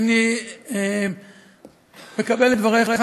אני מקבל את דבריך.